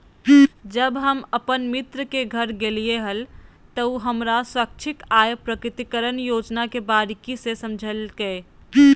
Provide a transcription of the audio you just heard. जब हम अपन मित्र के घर गेलिये हल, त उ हमरा स्वैच्छिक आय प्रकटिकरण योजना के बारीकि से समझयलकय